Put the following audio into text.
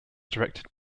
directed